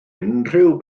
unrhyw